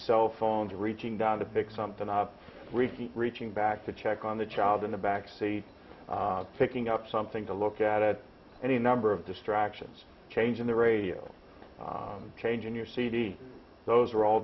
cell phones reaching down to pick something up reaching back to check on the child in the backseat picking up something to look at any number of distractions changing the radio changing your cd those are all